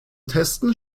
testen